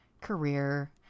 career